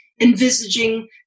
envisaging